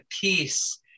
peace